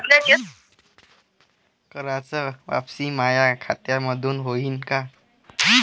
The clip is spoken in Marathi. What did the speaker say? कराच वापसी माया खात्यामंधून होईन का?